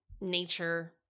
nature